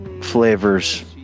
flavors